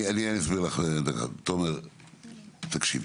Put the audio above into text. אני אסביר: תומר, תקשיב.